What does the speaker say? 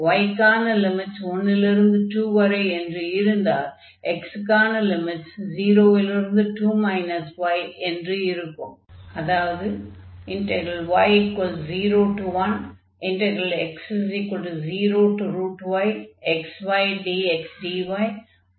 y க்கான limits 1 லிருந்து 2 வரை என்று இருந்தால் x க்கான லிமிட்ஸ் 0 லிருந்து 2 y என்று இருக்கும்